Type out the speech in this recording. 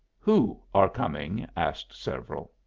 who are coming? asked several.